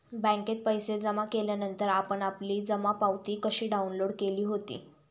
बँकेत पैसे जमा केल्यानंतर आपण आपली जमा पावती कशी डाउनलोड केली होती?